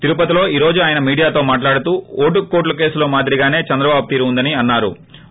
తిరుపతిలో ఈ రోజు ేఆయన మీడియాతో మాట్లాడుతూ ఓటుకు కోట్లు కేసులో మాదిరిగానే చంద్రబాబు తీరు ఉందని అన్నారు